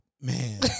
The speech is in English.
man